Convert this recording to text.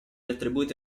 attribuite